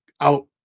out